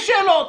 יש שאלות.